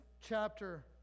chapter